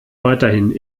weiterhin